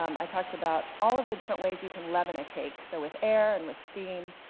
um i talked about all of the different ways you can leaven a cake, so with air and with steam,